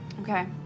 Okay